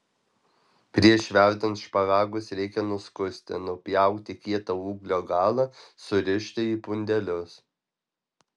prieš verdant šparagus reikia nuskusti nupjauti kietą ūglio galą surišti į pundelius